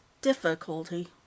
difficulty